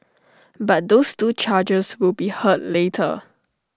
but those two charges will be heard later